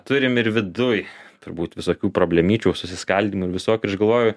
turim ir viduj turbūt visokių problemyčių susiskaldymų ir visokių ir aš galvoju